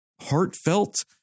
heartfelt